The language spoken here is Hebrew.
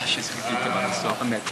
בבקשה, חבר הכנסת נחמן שי.